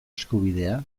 eskubidea